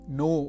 no